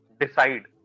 decide